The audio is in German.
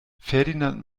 ferdinand